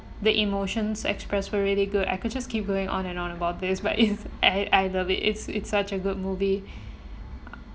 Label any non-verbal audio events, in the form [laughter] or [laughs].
the emotions expressed were really good I could just keep going on and on about this [laughs] but is I I love it it's it's such a good movie [breath]